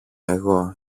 εγώ